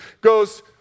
goes